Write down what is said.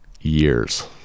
Years